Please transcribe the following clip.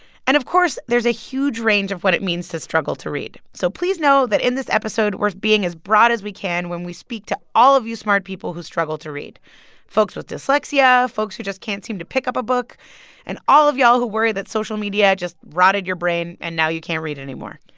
and of course, there's a huge range of what it means to struggle to read so please know that in this episode, we're being as broad as we can when we speak to all of you smart people who struggle to read folks with dyslexia, folks who just can't seem to pick up a book and all of y'all who worry that social media just rotted your brain and now you can't read anymore.